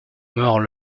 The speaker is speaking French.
meurt